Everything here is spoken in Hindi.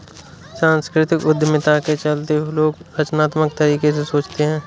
सांस्कृतिक उद्यमिता के चलते लोग रचनात्मक तरीके से सोचते हैं